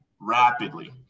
rapidly